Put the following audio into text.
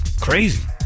crazy